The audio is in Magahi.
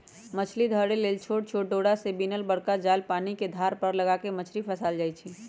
मछरी धरे लेल छोट छोट डोरा से बिनल बरका जाल पानिके धार पर लगा कऽ मछरी फसायल जाइ छै